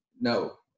no